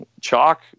chalk